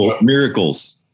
Miracles